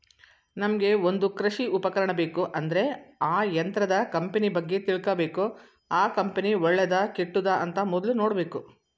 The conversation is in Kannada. ನಮ್ಗೆ ಒಂದ್ ಕೃಷಿ ಉಪಕರಣ ಬೇಕು ಅಂದ್ರೆ ಆ ಯಂತ್ರದ ಕಂಪನಿ ಬಗ್ಗೆ ತಿಳ್ಕಬೇಕು ಆ ಕಂಪನಿ ಒಳ್ಳೆದಾ ಕೆಟ್ಟುದ ಅಂತ ಮೊದ್ಲು ನೋಡ್ಬೇಕು